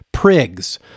Prigs